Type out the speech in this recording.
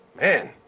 Man